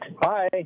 Hi